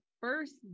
first